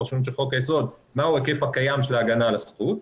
של ההגנה על הזכות,